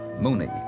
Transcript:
Mooney